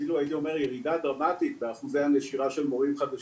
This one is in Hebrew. אפילו הייתי אומר ירידה דרמטית באחוזי הנשירה של מורים חדשים.